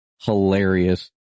hilarious